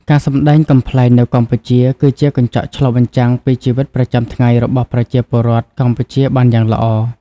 ការសម្ដែងកំប្លែងនៅកម្ពុជា គឺជាកញ្ចក់ឆ្លុះបញ្ចាំងពីជីវិតប្រចាំថ្ងៃរបស់ប្រជាពលរដ្ឋកម្ពុជាបានយ៉ាងល្អ។